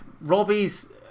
Robbie's